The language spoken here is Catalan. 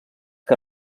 que